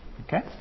Okay